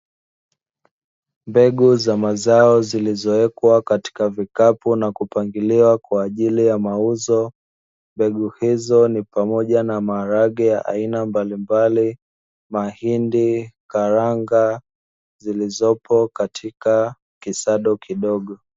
Mbegu za mazao zilizoekwa katika vikapu na kupangiliwa kwa ajili ya mauzo. Mbegu hizo ni pamoja na maharage ya aina mbalimbali, mahindi, karanga zilizopo katika kisado kidogo.